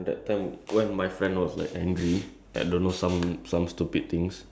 I don't know if you can call it funny lah but it's like an interesting story